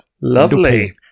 Lovely